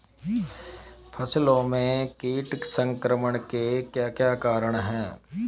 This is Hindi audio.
फसलों में कीट संक्रमण के क्या क्या कारण है?